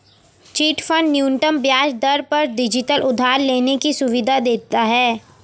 chit fund न्यूनतम ब्याज दर पर डिजिटल उधार लेने की सुविधा देता है